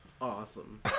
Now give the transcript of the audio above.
Awesome